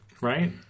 Right